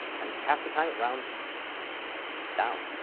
and half the time, it rounds down.